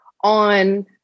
on